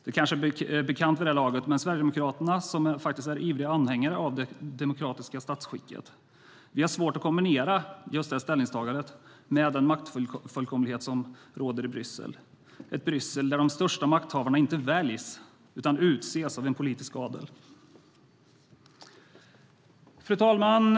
Det kanske är bekant vid det här laget, men Sverigedemokraterna, som faktiskt är ivriga anhängare av det demokratiska statsskicket, har svårt att kombinera detta ställningstagande med den maktfullkomlighet som råder i Bryssel - ett Bryssel där de största makthavarna inte väljs, utan utses av en politisk adel. Fru talman!